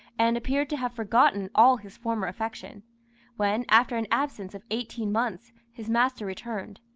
and appeared to have forgotten all his former affection when, after an absence of eighteen months, his master returned.